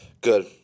Good